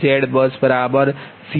2916 0